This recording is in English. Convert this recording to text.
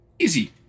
Easy